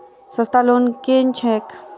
सस्ता लोन केँ छैक